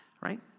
Right